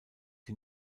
die